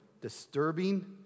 disturbing